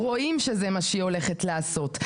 רואים שזה מה שהיא הולכת לעשות.